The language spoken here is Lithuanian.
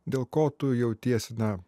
dėl ko tu jautiesi na